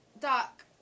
doc